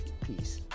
Peace